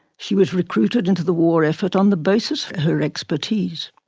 she was recruited into the war effort on the basis of her expertise,